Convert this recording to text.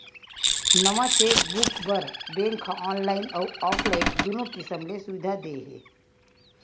नवा चेकबूक बर बेंक ह ऑनलाईन अउ ऑफलाईन दुनो किसम ले सुबिधा दे हे